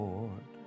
Lord